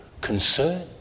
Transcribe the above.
Concern